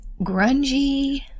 grungy